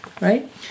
right